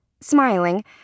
smiling